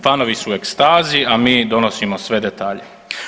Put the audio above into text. Fanovi su u ekstazi, a mi donosimo sve detalje.